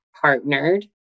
partnered